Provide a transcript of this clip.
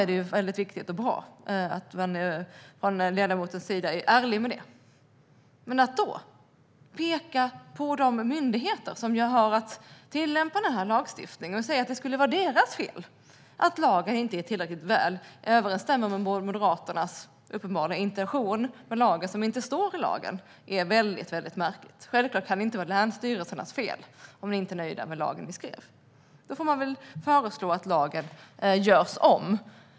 Det är viktigt och bra att ledamoten är ärlig med detta. Men att peka på de myndigheter som har att tillämpa denna lagstiftning och säga att det skulle vara deras fel att lagen inte tillräckligt väl överensstämmer med Moderaternas intention med lagen, som dock inte står i lagen, är väldigt märkligt. Självklart kan det inte vara länsstyrelsernas fel om ni inte är nöjda med den lag ni skrev. Då får ni väl föreslå att lagen görs om.